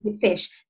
fish